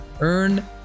Earn